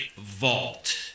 Vault